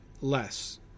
less